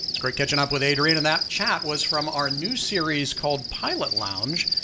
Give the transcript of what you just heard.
was great catching up with adrian and that chat was from our new series called pilot lounge,